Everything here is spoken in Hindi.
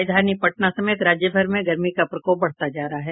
राजधानी पटना समेत राज्यभर में गर्मी का प्रकोप बढ़ता जा रहा है